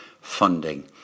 funding